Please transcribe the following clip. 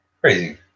crazy